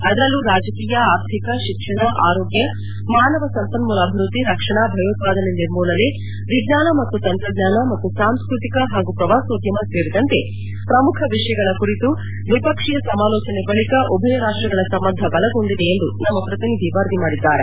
ಅದರಲ್ಲೂ ರಾಜಕೀಯ ಆರ್ಥಿಕ ಶಿಕ್ಷಣ ಆರೋಗ್ಯ ಮಾನವ ಸಂಪನ್ಮೂಲ ಅಭಿವೃದ್ಧಿ ರಕ್ಷಣಾ ಭಯೋತ್ಪಾದನಾ ನಿರ್ಮೂಲನೆ ವಿಜ್ಞಾನ ಮತ್ತು ತಂತ್ರಜ್ಞಾನ ಮತ್ತು ಸಾಂಸ್ಟೃತಿಕ ಪಾಗೂ ಪ್ರವಾಸೋದ್ಯಮ ಸೇರಿದಂತೆ ಪ್ರಮುಖ ವಿಷಯಗಳ ಕುರಿತು ದ್ವಿಪಕ್ಷೀಯ ಸಮಾಲೋಚನೆ ಬಳಿಕ ಉಭಯ ರಾಷ್ಟಗಳ ಸಂಬಂಧ ಬಲಗೊಂಡಿದೆ ಎಂದು ನಮ್ಮ ಪ್ರತಿನಿಧಿ ವರದಿ ಮಾಡಿದ್ದಾರೆ